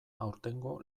aurtengo